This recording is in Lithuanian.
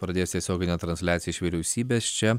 pradės tiesioginę transliaciją iš vyriausybės čia